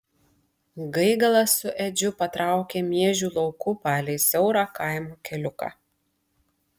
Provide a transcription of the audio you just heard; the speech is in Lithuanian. gaigalas su edžiu patraukė miežių lauku palei siaurą kaimo keliuką